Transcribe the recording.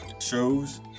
shows